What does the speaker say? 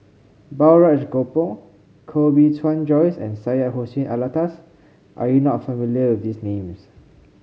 Balraj Gopal Koh Bee Tuan Joyce and Syed Hussein Alatas are you not familiar with these names